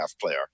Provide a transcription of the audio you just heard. player